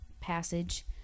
passage